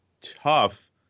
tough